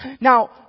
Now